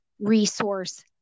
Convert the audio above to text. Resource